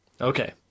Okay